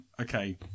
okay